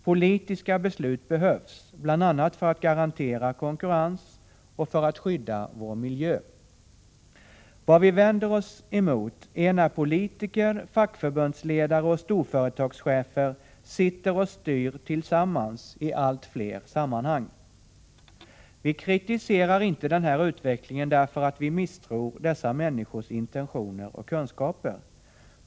Politiska beslut behövs, bl.a. för att garantera konkurrens och för att skydda vår miljö. Vad vi vänder oss emot är när politiker, fackförbundsledare och storföretagschefer sitter och styr tillsammans i allt fler sammanhang. Vi kritiserar inte den utvecklingen därför att vi misstror dessa människors intentioner och kunskaper.